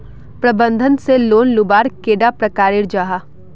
प्रबंधन से लोन लुबार कैडा प्रकारेर जाहा?